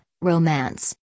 Romance